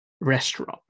restaurant